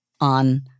on